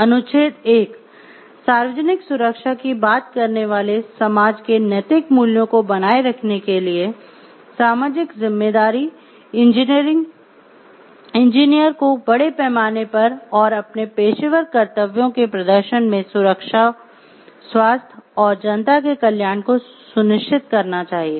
अनुच्छेद 1 सार्वजनिक सुरक्षा की बात करने वाले समाज के नैतिक मूल्यों को बनाए रखने के लिए सामाजिक जिम्मेदारी इंजीनियर को बड़े पैमाने पर और अपने पेशेवर कर्तव्यों के प्रदर्शन में सुरक्षा स्वास्थ्य और जनता के कल्याण को सुनिश्चित करना चाहिए